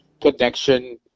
connection